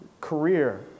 career